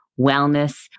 wellness